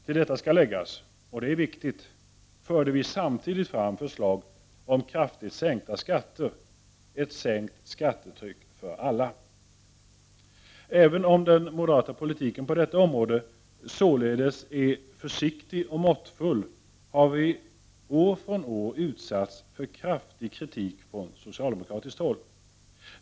Till detta skall läggas, och det är viktigt, att vi samtidigt förde fram förslag om kraftigt sänkta skatter — ett sänkt skattetryck för alla. Även om den moderata politiken på detta område således är försiktig och måttfull, har vi år från år utsatts för kraftig kritik från socialdemokratiskt håll.